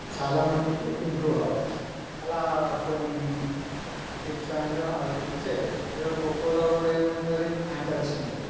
చాలా మట్టుకు ఇంప్రూవ్ కావచ్చు అలా కొన్ని టిప్స్ అండ్ చేయవచ్చు ఇక్కడ ఖోఖోలో కూడా ఏమి ఉంటుంది హ్యాండ్ టచ్ ఉంటుంది